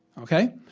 okay?